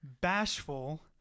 bashful